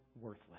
worthless